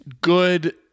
good